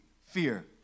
fear